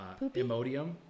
emodium